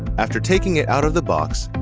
after taking it out of the box,